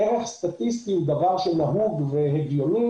ערך סטטיסטי הוא דבר שנהוג והגיוני